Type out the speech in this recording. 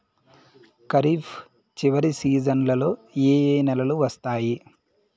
ఖరీఫ్ చివరి సీజన్లలో ఏ ఏ నెలలు వస్తాయి